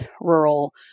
rural